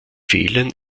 fehlen